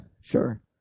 sure